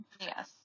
Yes